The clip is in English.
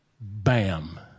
bam